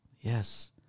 Yes